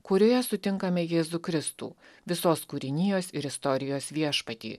kurioje sutinkame jėzų kristų visos kūrinijos ir istorijos viešpatį